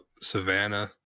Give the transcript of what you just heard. Savannah